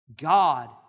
God